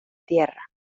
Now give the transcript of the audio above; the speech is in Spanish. tierra